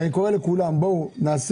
אני קורא לכולם, בואו נעשה.